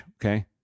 Okay